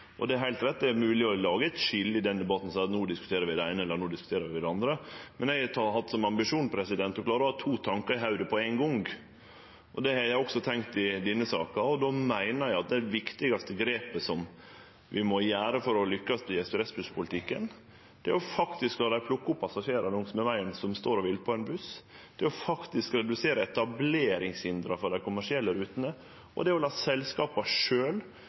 Det er heilt rett at det er mogleg å lage ein skilnad i denne debatten og seie at no diskuterer vi det eine, eller no diskuterer vi det andre. Men eg har hatt som ambisjon å klare å ha to tankar i hovudet på ein gong. Det har eg òg tenkt å ha i denne saka. Då meiner eg at det viktigaste grepet vi må gjere for å lykkast i ekspressbusspolitikken, er å faktisk la dei plukke opp passasjerar som står langs vegen og vil på ein buss. Det er å faktisk redusere etableringshindera for dei kommersielle rutene, og det er å la selskapa